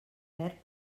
perd